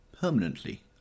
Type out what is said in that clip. Permanently